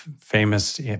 famous